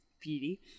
beauty